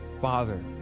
father